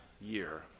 year